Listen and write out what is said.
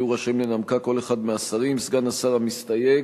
יהיו רשאים לנמקה כל אחד מהשרים וסגן השר המסתייג,